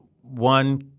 one